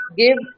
give